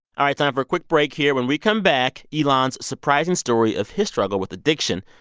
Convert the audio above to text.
all right, time for a quick break here. when we come back, elan's surprising story of his struggle with addiction,